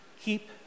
keep